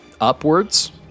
Upwards